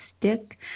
stick